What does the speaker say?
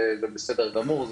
זה בסדר גמור,